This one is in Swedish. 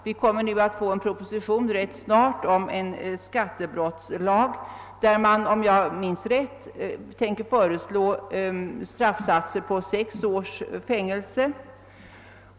Det kommer rält snart att framläggas en proposition om en skattebrottslag där man, om jag minns rätt, tänker föreslå straff på sex års fängelse.